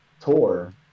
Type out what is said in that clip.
tour